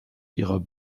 ihrer